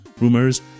rumors